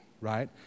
right